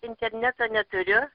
interneto neturiu